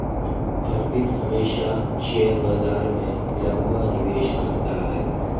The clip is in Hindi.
अर्पित हमेशा शेयर बाजार में लंबा निवेश करता है